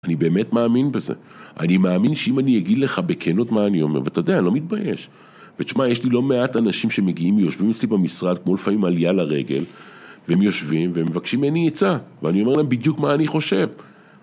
אני באמת מאמין בזה, אני מאמין שאם אני אגיד לך בכנות מה אני אומר, ואתה יודע, אני לא מתבייש. ותשמע, יש לי לא מעט אנשים שמגיעים ויושבים אצלי במשרד, כמו לפעמים עלייה לרגל, והם יושבים ומבקשים ממני עצה, ואני אומר להם בדיוק מה אני חושב.